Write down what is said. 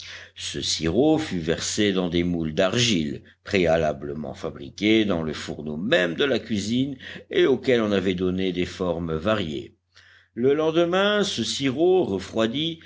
ce sirop fut versé dans des moules d'argile préalablement fabriqués dans le fourneau même de la cuisine et auxquels on avait donné des formes variées le lendemain ce sirop refroidi